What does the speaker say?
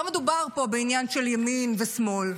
לא מדובר פה בעניין של ימין ושמאל,